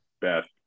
best